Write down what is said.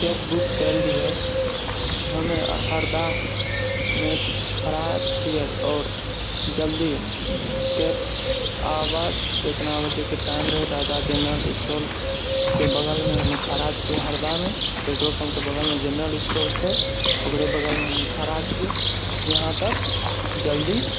cab book कएल रहियै हमे हरदामे खड़ा छियै आओर जल्दी कैब जेतना बजेके टाइम रहै राजा जनरल स्टोरके बगलमे हमे खड़ा छियै हरदामे पेट्रोल पम्पके बगलमे जनरल स्टोर छै ओकरे बगलमे हमे खड़ा छियै यहाँपर जल्दी